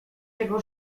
jego